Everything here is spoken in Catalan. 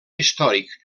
històric